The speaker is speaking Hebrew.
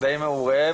די מעורה,